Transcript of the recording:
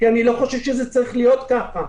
כי אני לא חושב שזה צריך להיות ככה.